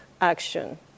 action